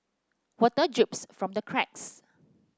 water drips from the cracks